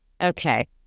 Okay